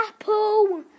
Apple